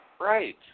Right